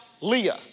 Leah